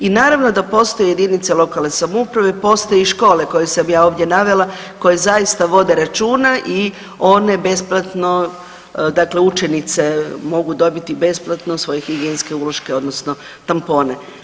I naravno da postoje jedinice lokalne samouprave, postoje i škole koje sam ja ovdje navela koje zaista vode računa i one besplatno dakle učenice mogu dobiti besplatno svoje higijenske uloške odnosno tampone.